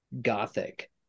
gothic